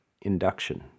induction